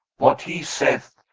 what he saith,